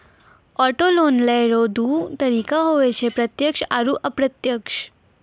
auto loan लेय रो दू तरीका हुवै छै प्रत्यक्ष आरू अप्रत्यक्ष